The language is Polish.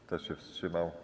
Kto się wstrzymał?